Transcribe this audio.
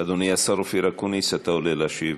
אדוני השר אופיר אקוניס, אתה עולה להשיב.